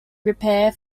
repair